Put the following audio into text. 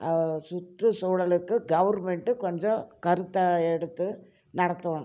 அவ் சுற்றுச்சூழலுக்கு கவுர்மெண்ட்டு கொஞ்சம் கருத்தா எடுத்து நடத்தோணும்